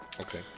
Okay